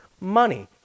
money